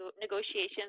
negotiations